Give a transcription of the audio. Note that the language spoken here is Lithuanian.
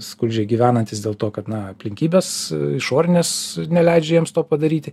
skurdžiai gyvenantys dėl to kad na aplinkybės išorinės neleidžia jiems to padaryti